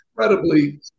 incredibly